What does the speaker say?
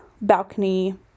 balcony